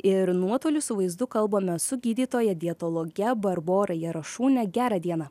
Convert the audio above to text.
ir nuotoliu su vaizdu kalbame su gydytoja dietologe barbora jarašūne gera diena